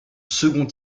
second